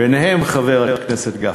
ביניהם חבר הכנסת גפני,